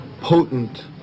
potent